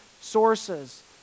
sources